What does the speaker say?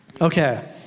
Okay